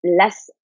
less